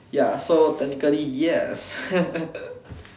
ya so technically yes